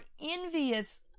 envious